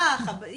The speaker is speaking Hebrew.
האח.